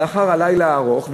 לאחר הלילה הארוך.